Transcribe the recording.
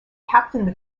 captained